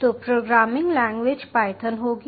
तो programming language Python होगी